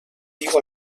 viu